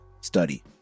study